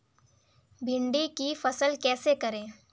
भिंडी की फसल कैसे करें?